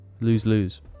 Lose-lose